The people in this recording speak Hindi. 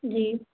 जी